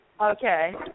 Okay